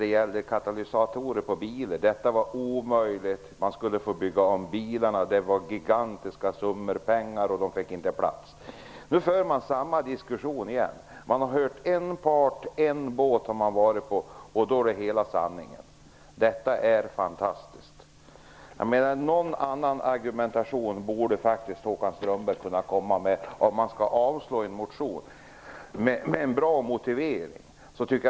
De sade att det var omöjligt, att man skulle få bygga om bilarna, att det var fråga om gigantiska summor pengar och att de inte fick plats. Nu för man samma diskussion igen. Man har varit på en båt och hört en part, och då är det hela sanningen. Detta är fantastiskt. Håkan Strömberg borde kunna komma med en bättre motivering för att avslå en motion.